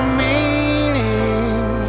meaning